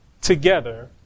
together